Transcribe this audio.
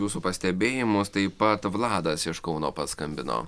jūsų pastebėjimus taip pat vladas iš kauno paskambino